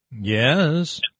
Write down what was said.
Yes